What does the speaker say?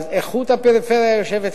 אז איכות הפריפריה יושבת כאן,